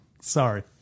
Sorry